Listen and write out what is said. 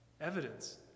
evidence